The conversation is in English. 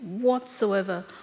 whatsoever